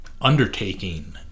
undertaking